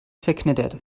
zerknittert